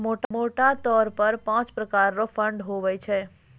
मोटा तौर पर पाँच प्रकार रो फंड हुवै छै